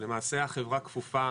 למעשה החברה כפופה